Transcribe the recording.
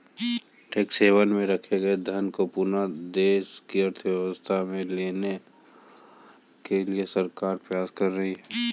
tax haven में रखे गए धन को पुनः देश की अर्थव्यवस्था में लाने के लिए सरकार प्रयास कर रही है